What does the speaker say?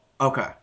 Okay